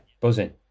buzzing